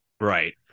Right